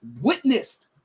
witnessed